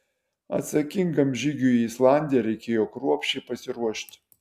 atsakingam žygiui į islandiją reikėjo kruopščiai pasiruošti